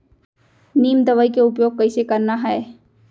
नीम दवई के उपयोग कइसे करना है?